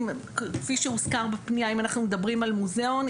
כפי שהוזכר בפניה אם אנחנו מדברים על מוזיאון,